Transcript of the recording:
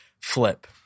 flip